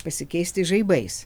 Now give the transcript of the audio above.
pasikeisti žaibais